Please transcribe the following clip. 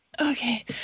Okay